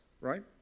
right